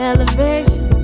Elevation